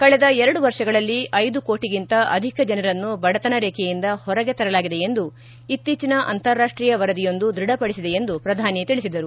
ಕಳೆದ ಎರಡು ವರ್ಷಗಳಲ್ಲಿ ಐದು ಕೋಟಿಗಿಂತ ಅಧಿಕ ಜನರನ್ನು ಬಡತನ ರೇಖೆಯಿಂದ ಹೊರಗೆ ತರಲಾಗಿದೆ ಎಂದು ಇತ್ತೀಚಿನ ಅಂತಾರಾಷ್ಷೀಯ ವರದಿಯೊಂದು ದೃಢಪಡಿಸಿದೆ ಎಂದು ಪ್ರಧಾನಿ ತಿಳಿಸಿದರು